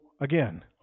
again